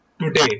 today